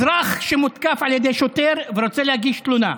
אזרח שמותקף על ידי שוטר ורוצה להגיש תלונה,